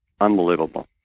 unbelievable